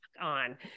on